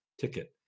ticket